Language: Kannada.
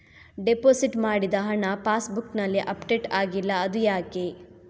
ಡೆಪೋಸಿಟ್ ಮಾಡಿದ ಹಣ ಪಾಸ್ ಬುಕ್ನಲ್ಲಿ ಅಪ್ಡೇಟ್ ಆಗಿಲ್ಲ ಅದು ಯಾಕೆ?